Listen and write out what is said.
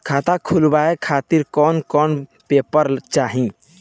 खाता खुलवाए खातिर कौन कौन पेपर चाहीं?